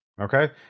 Okay